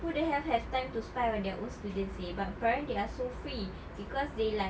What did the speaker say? who the hell have time to spy on their own students seh but apparently they are so free because they like